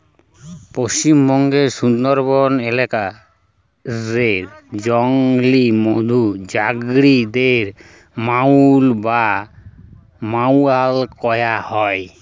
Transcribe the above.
পশ্চিমবঙ্গের সুন্দরবন এলাকা রে জংলি মধু জগাড়ি দের মউলি বা মউয়াল কয়া হয়